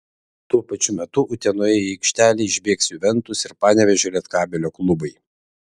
tuo pačiu metu utenoje į aikštelę išbėgs juventus ir panevėžio lietkabelio klubai